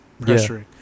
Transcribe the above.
pressuring